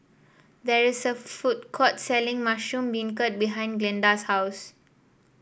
there is a food court selling Mushroom Beancurd behind Glenda's house